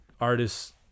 artists